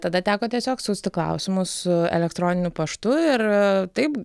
tada teko tiesiog siųsti klausimus su elektroniniu paštu ir taip